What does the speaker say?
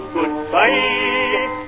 Goodbye